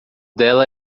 dela